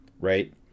Right